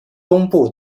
东部